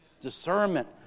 Discernment